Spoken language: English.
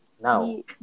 Now